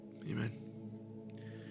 Amen